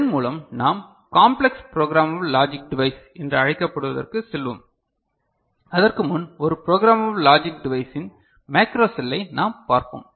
இதன் மூலம் நாம் காம்ப்ளெக்ஸ் ப்ரோக்ராமபல் லாஜிக் டிவைஸ் என்று அழைக்கப்படுவதற்கு செல்வோம் அதற்கு முன் ஒரு ப்ரோக்ராமபல் லாஜிக் டிவைஸின் மேக்ரோ செல்லை நாம் பார்ப்போம்